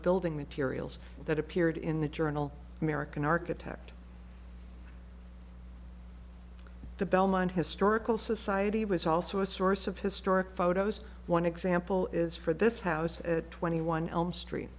building materials that appeared in the journal american architect the belmont historical society was also a source of historic photos one example is for this house at twenty one elm street